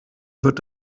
wird